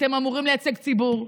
אתם אמורים לייצג ציבור,